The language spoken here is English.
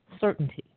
certainty